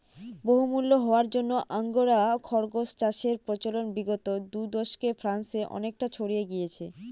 বহুমূল্য হওয়ার জন্য আঙ্গোরা খরগোস চাষের প্রচলন বিগত দু দশকে ফ্রান্সে অনেকটা ছড়িয়ে গিয়েছে